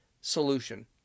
solution